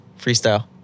Freestyle